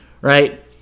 right